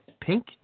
Pink